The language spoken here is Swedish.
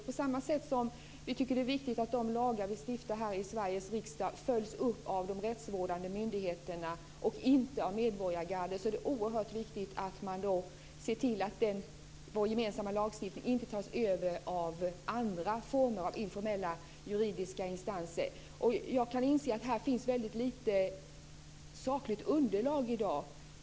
På samma sätt som vi tycker att det är viktigt att de lagar vi stiftar här i Sveriges riksdag följs upp av de rättsvårdande myndigheterna och inte av medborgargarden är det oerhört viktigt att man ser till att vår gemensamma lagstiftning inte tas över av olika former av informella juridiska instanser. Jag kan inse att det finns väldigt lite sakligt underlag i dag.